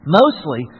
mostly